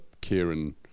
Kieran